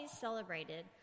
celebrated